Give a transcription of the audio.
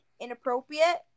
inappropriate